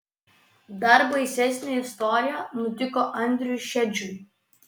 dar baisesnė istorija nutiko andriui šedžiui